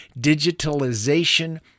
digitalization